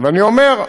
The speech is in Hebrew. ואני אומר,